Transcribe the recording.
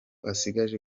asigaje